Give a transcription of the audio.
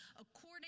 according